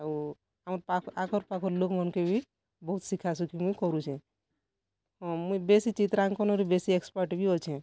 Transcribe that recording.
ଆଉ ଆମର୍ ଆଖର୍ ପାଖର୍ ଲୋକ୍ ମାନଙ୍କେ ବି ବହୁତ୍ ଶିଖା ଶୁଖି ମୁଇଁ କରୁଛେ ହଁ ମୁଇଁ ବେଶୀ ଚିତ୍ରାଙ୍କନରେ ବେଶୀ ଏକ୍ସପର୍ଟ୍ ବି ଅଛେ